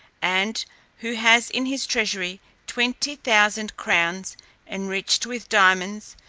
and who has in his treasury twenty thousand crowns enriched with diamonds,